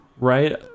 right